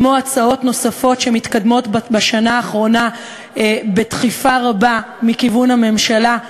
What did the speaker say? כמו הצעות נוספות שמתקדמות בשנה האחרונה בדחיפה רבה מכיוון הממשלה,